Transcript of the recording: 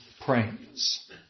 prays